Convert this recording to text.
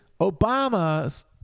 Obama's